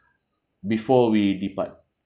before we depart